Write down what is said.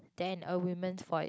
than a women's voice